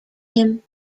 him